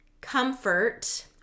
comfort